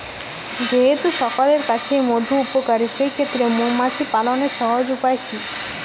যেহেতু সকলের কাছেই মধু উপকারী সেই ক্ষেত্রে মৌমাছি পালনের সহজ উপায় কি?